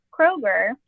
Kroger